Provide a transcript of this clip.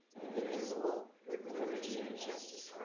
indivisible, with liberty and justice